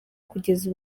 kugeza